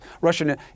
Russian